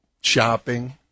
shopping